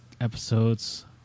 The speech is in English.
episodes